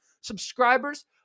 subscribers